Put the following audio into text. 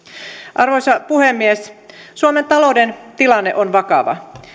arvoisa puhemies suomen talouden tilanne on vakava